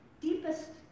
deepest